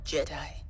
Jedi